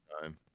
time